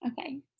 Okay